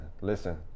listen